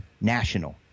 national